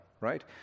right